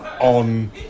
on